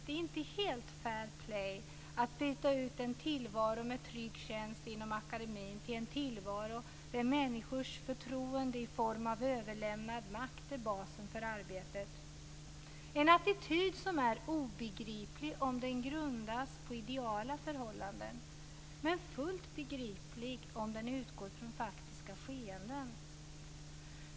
Det är inte helt fair play att byta ut en tillvaro med trygg tjänst inom akademin till en tillvaro där människors förtroende i form av överlämnad makt är basen för arbetet. Detta är en attityd som är obegriplig om den grundas på ideala förhållanden, men fullt begriplig om den utgår från faktiska skeenden.